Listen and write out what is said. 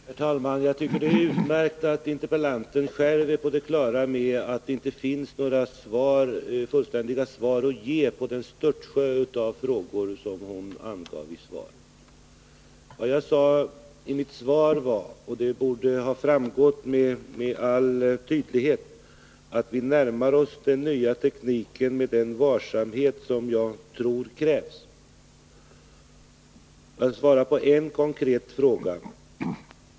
Herr talman! Det är utmärkt att interpellanten själv är på det klara med att det inte finns några fullständiga svar att ge på den störtsjö av frågor som hon ställde i sitt anförande. Jag sade i mitt svar — och det borde ha framgått med all önskvärd tydlighet — att vi närmar oss den nya tekniken med den varsamhet som jag tror krävs. Jag skall svara på en konkret fråga.